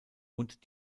und